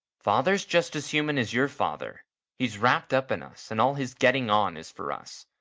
father's just as human as your father he's wrapped up in us, and all his getting on is for us.